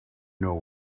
know